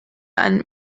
einen